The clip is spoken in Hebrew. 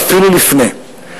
ואפילו לפני,